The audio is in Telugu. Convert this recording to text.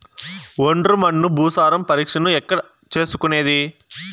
ఒండ్రు మన్ను భూసారం పరీక్షను ఎక్కడ చేసుకునేది?